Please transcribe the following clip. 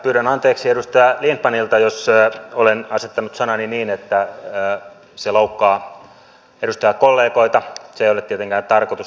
pyydän anteeksi edustaja lindtmanilta jos olen asettanut sanani niin että se loukkaa edustajakollegoita se ei ole tietenkään tarkoitus